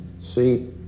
see